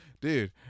Dude